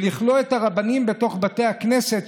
לכלוא את הרבנים בתוך בתי הכנסת,